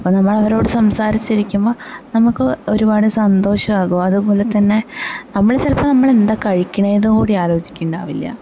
അപ്പോൾ നമ്മളവരോടു സംസാരിച്ചിരിക്കുമ്പോൾ നമുക്ക് ഒരുപാട് സന്തോഷമാകും അതുപോലെ തന്നെ നമ്മള് ചിലപ്പോൾ നമ്മള് എന്താ കഴിക്കുന്നത് എന്ന് കൂടി ആലോചിക്കുന്നുണ്ടാവില്ല